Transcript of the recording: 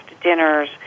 dinners